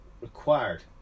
required